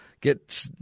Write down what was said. get